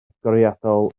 agoriadol